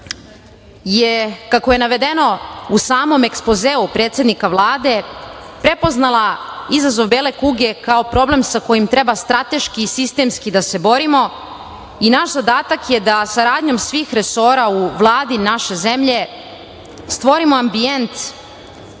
je, kako je navedeno u samom ekspozeu predsednika Vlade, prepoznala izazov bele kuge kao problem sa kojim treba strateški i sistemski da se borimo i naš zadatak je da saradnjom svih resora u Vladi naše zemlje stvorimo ambijent